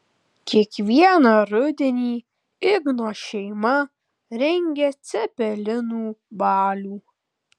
kiekvieną rudenį igno šeima rengia cepelinų balių